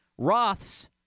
Roths